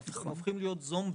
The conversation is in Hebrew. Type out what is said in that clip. הם הופכים להיות זומבי.